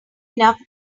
enough